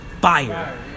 fire